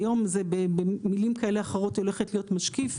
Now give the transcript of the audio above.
היום זה במילים כאלה או אחרות הולכת להיות משקיף.